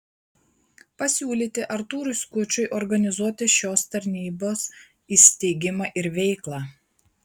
pasiūlyti artūrui skučui organizuoti šios tarnybos įsteigimą ir veiklą